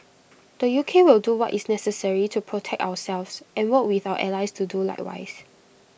the U K will do what is necessary to protect ourselves and work with our allies to do likewise